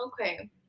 okay